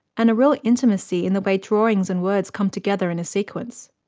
and a real intimacy in the way drawings and words come together in a sequence.